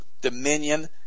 Dominion